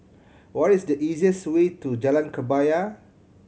what is the easiest way to Jalan Kebaya